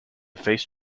face